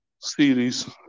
series